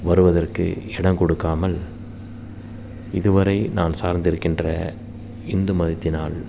வருவதற்கு இடம் கொடுக்காமல் இதுவரை நான் சார்ந்திருக்கின்ற இந்து மதத்தினால்